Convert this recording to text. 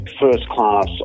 first-class